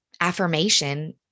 affirmation